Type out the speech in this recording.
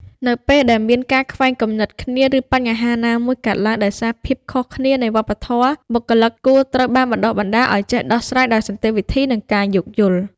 នៅពេលដែលមានការខ្វែងគំនិតគ្នា ឬបញ្ហាណាមួយកើតឡើងដោយសារភាពខុសគ្នានៃវប្បធម៌ បុគ្គលិកគួរត្រូវបានបណ្តុះបណ្តាលឱ្យចេះដោះស្រាយដោយសន្តិវិធី និងការយោគយល់។